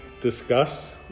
discuss